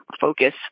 focus